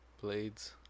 Blades